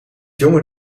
jonge